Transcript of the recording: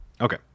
Okay